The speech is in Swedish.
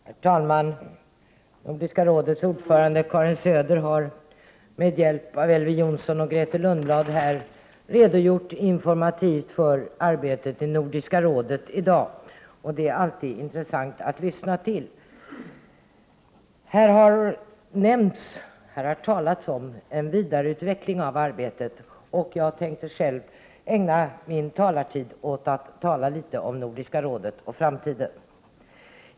Herr talman! Nordiska rådets ordförande Karin Söder har med hjälp av Elver Jonsson och Grethe Lundblad redogjort informativt för arbetet i Nordiska rådet i dag. Detta är alltid intressant att lyssna på. Här har talats om en vidareutveckling av arbetet. Jag tänkte själv ägna min talartid åt att tala litet om Nordiska rådet och framtiden.